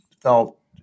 felt